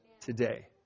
today